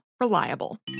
Reliable